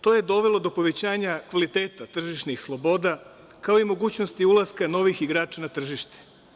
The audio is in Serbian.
To je dovelo do povećanja kvaliteta tržišnih sloboda, kao i mogućnosti ulaska novih igrača na tržište.